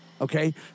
Okay